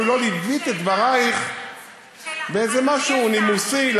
אפילו לא ליווית את דברייך במשהו נימוסי,